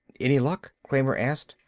any luck? kramer asked.